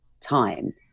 time